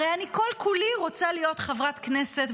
הרי אני כל-כולי רוצה להיות חברת כנסת,